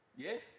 Yes